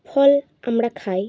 ফল আমরা খাই